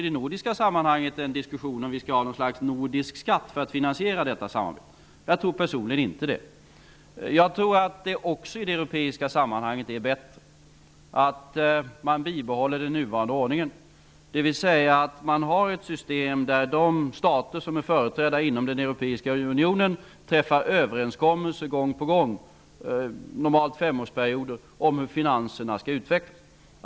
I det nordiska sammanhanget har det också förts en diskussion om vi skall ha något slags nordisk skatt för att finansiera detta samarbete. Jag tror personligen inte det. Jag tror att det också i det europeiska sammanhanget är bättre att man bibehåller den nuvarande ordningen, dvs. att man har ett system där de stater som är företrädda inom den europeiska unionen träffar överenskommelse gång på gång, normalt femårsperioder, om hur finanserna skall utvecklas.